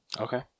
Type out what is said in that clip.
okay